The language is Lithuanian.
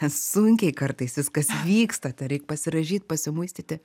sunkiai kartais viskas vyksta ten reik pasirąžyt pasimuistyti